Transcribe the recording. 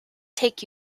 take